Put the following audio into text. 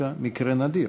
דווקא מקרה נדיר.